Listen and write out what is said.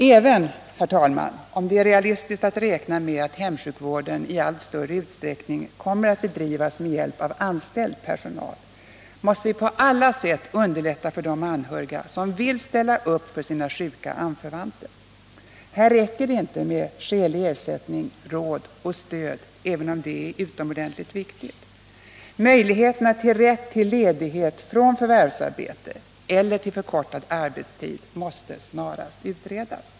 Även om det, herr talman, är realistiskt att räkna med att hemsjukvården i allt större utsträckning kommer att bedrivas med hjälp av anställd personal, måste vi på alla sätt underlätta för de anhöriga som vill ställa upp för sina sjuka anförvanter. Här räcker det inte med skälig ersättning, råd och stöd, även om det är utomordentligt viktigt. Möjligheterna till rätt till ledighet från förvärvsarbete eller till förkortad arbetstid måste snarast utredas.